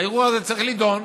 הערעור הזה צריך להידון.